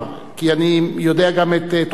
כי אני יודע גם את תחושותיו.